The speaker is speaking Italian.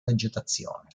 vegetazione